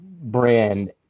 brand